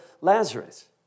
Lazarus